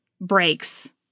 breaks